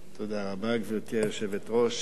גברתי היושבת-ראש,